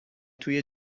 توی